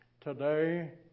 today